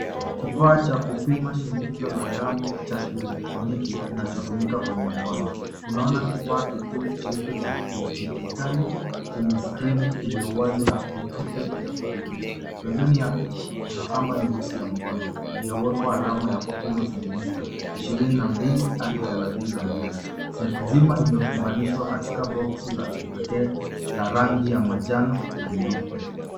Kifaa cha kupima shinikizo la damu cha kieletroniki kinachotumika kwenye mkono. Tunaona kifaa kikuu cheupe cha kidijitali chenye skrini iliyo wazi na vitufe vya kudhibiti. Pembeni yake kuna pamba nyeusi ya mkono iliyowekwa alama ya kupima sentimita ishirini na mbili hadi thelathini na mbili. Seti nzima imefunganishwa katika boksi la kipekee la rangi ya manjano na nyeupe.